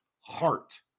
heart